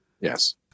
Yes